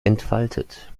entfaltet